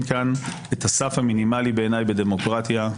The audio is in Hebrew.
כאן את הסף המינימלי בעיניי בדמוקרטיה,